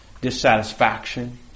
dissatisfaction